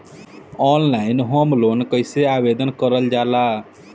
Online home loan कैसे आवेदन करल जा ला?